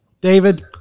David